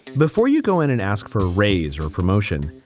before you go in and ask for a raise or a promotion,